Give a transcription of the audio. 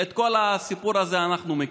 את כל הסיפור הזה אנחנו מכירים,